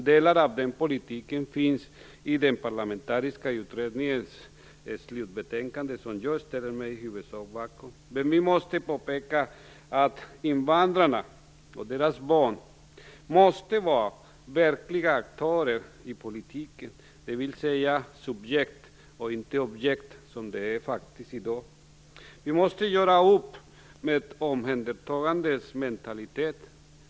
Delar av den politiken finns i den parlamentariska utredningens slutbetänkande, som jag i huvudsak ställer mig bakom. Jag vill dock påpeka att invandrarna och deras barn måste vara verkliga aktörer i politiken. De måste vara subjekt och inte objekt som de faktiskt är i dag. Vi måste göra upp med omhändertagandementaliteten.